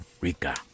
Rica